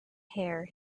hair